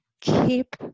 Keep